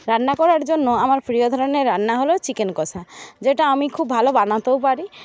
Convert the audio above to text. রান্না করার জন্য আমার প্রিয় ধরনের রান্না হল চিকেন কষা যেটা আমি খুব ভালো বানাতেও পারি